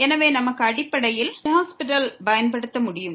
எனவே நாம் அடிப்படையில் எல்ஹாஸ்பிடலை பயன்படுத்த முடியும்